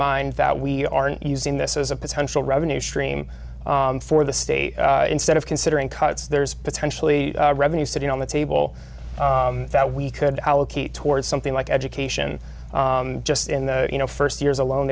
mind that we aren't using this as a potential revenue stream for the state instead of considering cuts there's potentially revenue sitting on the table that we could allocate towards something like education just in the you know first years alone